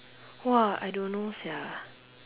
!wah! I don't know sia